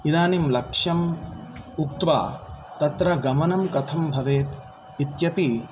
इदानीं लक्ष्यं उक्त्वा तत्र गमनम् कथं भवेत् इत्यपि